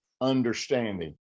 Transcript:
understanding